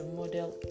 model